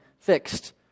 fixed